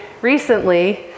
recently